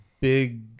big